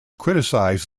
criticized